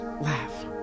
laugh